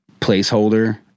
placeholder